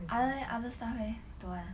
other leh other stuff leh don't want